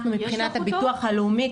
מבחינת הביטוח הלאומי,